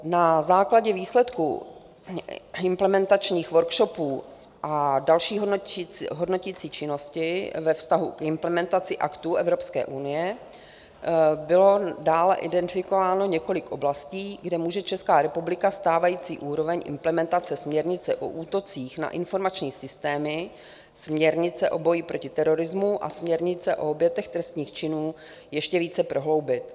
Na základě výsledků implementačních workshopů a další hodnoticí činnosti ve vztahu k implementaci aktů Evropské unie bylo dále identifikováno několik oblastí, kde může Česká republika stávající úroveň implementace směrnice o útocích na informační systémy, směrnice o boji proti terorismu a směrnice o obětech trestných činů ještě více prohloubit.